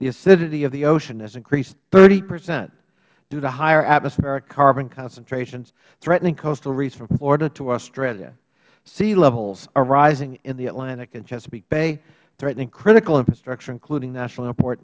the acidity of the ocean has increased thirty percent due to higher atmospheric carbon concentrations threatening coastalries from florida to australia sea levels are rising in the atlantic and chesapeake bay threatening critical infrastructure including